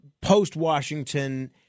post-Washington